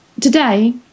today